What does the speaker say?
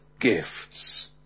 gifts